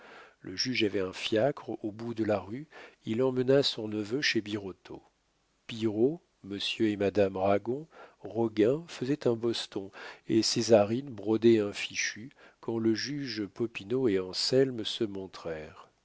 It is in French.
le juge avait un fiacre au bout de la rue il emmena son neveu chez birotteau pillerault monsieur et madame ragon roguin faisaient un boston et césarine brodait un fichu quand le juge popinot et anselme se